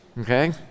okay